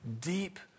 deep